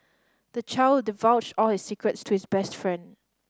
the child divulged all his secrets to his best friend